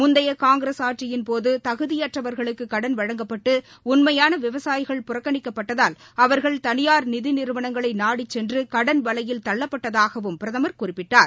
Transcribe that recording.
முந்தைய காங்கிரஸ் ஆட்சியின் போது தகுதியற்றவர்களுக்கு கடன் வழங்கப்பட்டு உண்மையான விவசாயிகள் புறக்கணிக்கப்பட்டதால் அவர்கள் தனியார் நிதிநிறுவனங்களை நாடிச்சென்று கடன் வலையில் தள்ளப்பட்டதாகவும் பிரதமர் குறிப்பிட்டார்